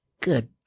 Good